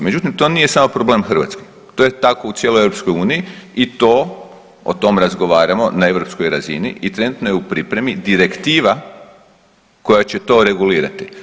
Međutim, to nije samo problem Hrvatske, to je tako u cijeloj EU i to, o tom razgovaramo na europskoj razini i trenutno je u pripremi direktiva koja će to regulirati.